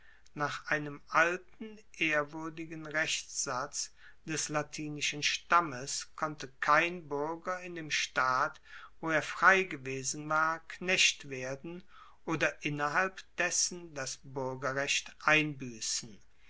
nach einem alten ehrwuerdigen rechtssatz des latinischen stammes konnte kein buerger in dem staat wo er frei gewesen war knecht werden oder innerhalb dessen das buergerrecht